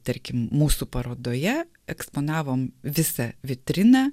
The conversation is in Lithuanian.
tarkim mūsų parodoje eksponavom visą vitriną